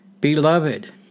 Beloved